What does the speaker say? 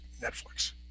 Netflix